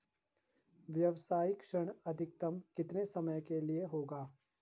व्यावसायिक ऋण अधिकतम कितने समय के लिए होगा?